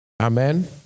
Amen